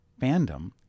fandom